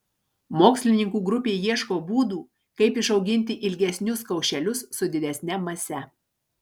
mokslininkų grupė ieško būdų kaip išauginti ilgesnius kaušelius su didesne mase